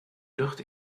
lucht